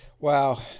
Wow